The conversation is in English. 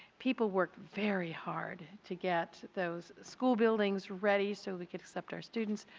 people worked very hard to get those school buildings ready so we could accept our students.